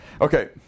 Okay